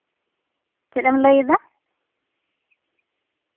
ᱪᱮᱫ ᱮᱢ ᱞᱟᱹᱭᱮᱫᱟ